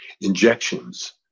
injections